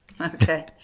okay